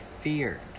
feared